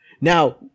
now